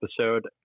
episode